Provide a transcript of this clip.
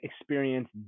experience